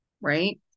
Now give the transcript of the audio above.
right